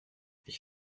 ich